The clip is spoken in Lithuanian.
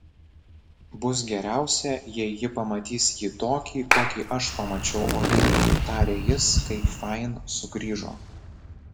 bus geriausia jei ji pamatys jį tokį kokį aš pamačiau oliverį tarė jis kai fain sugrįžo